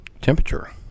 temperature